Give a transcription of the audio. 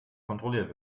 kontrolliert